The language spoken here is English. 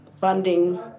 funding